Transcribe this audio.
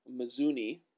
Mizuni